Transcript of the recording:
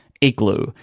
Igloo